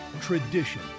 tradition